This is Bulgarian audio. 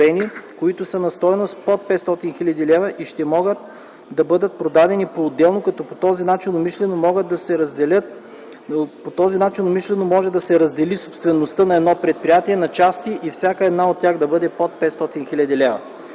които са на стойност под 500 хил. лв. и ще могат да бъдат продадени поотделно, като по този начин умишлено може да се раздели собствеността на едно предприятие на части и всяка една от тях да бъде до 500 хил. лв.